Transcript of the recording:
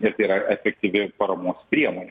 ir tai yra efektyvi paramos priemonė